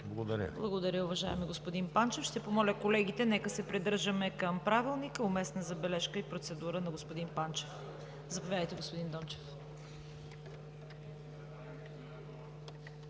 КАРАЯНЧЕВА: Благодаря, уважаеми господин Панчев. Ще помоля колегите: нека се придържаме към Правилника – уместна забележка и процедура на господин Панчев. Заповядайте, господин Дончев.